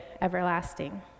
everlasting